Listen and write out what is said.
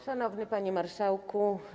Szanowny Panie Marszałku!